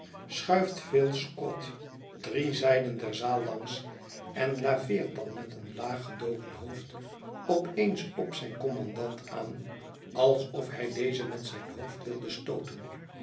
schuift phil squod drie zijden der zaal langs en laveert dan met een laag gedoken hoofd op eens op zijn kommandant aan alsof hij dezen met zijn hoofd wilde stooten